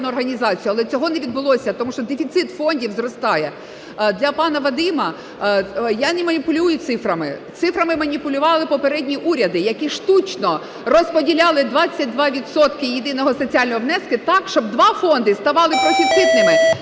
але цього не відбулося, тому що дефіцит фондів зростає. Для пана Вадима, я не маніпулюю цифрами, цифрами маніпулювали попередні уряди, які штучно розподіляли 22 відсотки єдиного соціального внеску так, щоб два фонди ставали профіцитними.